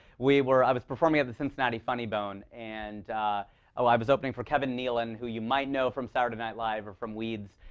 we were i was performing at the cincinnati funny bone. and ah i was opening for kevin nealon, who you might know from saturday night live or from weeds.